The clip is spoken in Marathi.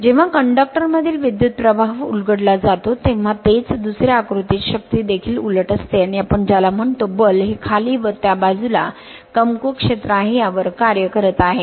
जेव्हा कंडक्टर मधील विद्युतप्रवाह उलगडला जातो तेव्हा तेच दुसर्या आकृतीत शक्ती देखील उलट असते आणि आपण ज्याला म्हणतो बल हे खाली व त्या बाजूला कमकुवत क्षेत्र आहे यावर कार्य करीत आहे